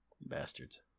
bastards